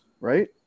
right